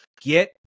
Get